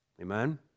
Amen